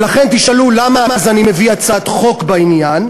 ולכן תשאלו: למה אז אני מביא הצעת חוק בעניין?